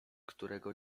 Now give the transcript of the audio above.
którego